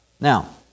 Now